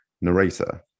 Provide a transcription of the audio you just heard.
narrator